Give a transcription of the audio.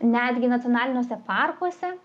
netgi nacionaliniuose parkuose